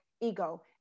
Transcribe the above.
ego